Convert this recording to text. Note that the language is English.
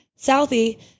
Southie